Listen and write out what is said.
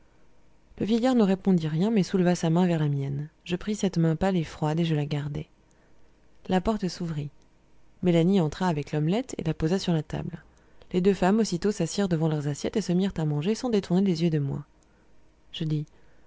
le vieillard ne répondit rien mais souleva sa main vers la mienne je pris cette main pâle et froide et je la gardai la porte s'ouvrit mélanie entra avec l'omelette et la posa sur la table les deux femmes aussitôt s'assirent devant leurs assiettes et se mirent à manger sans détourner les yeux de moi je dis